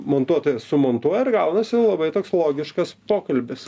montuotojas sumontuoja ir gaunasi labai toks logiškas pokalbis